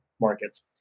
markets